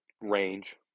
range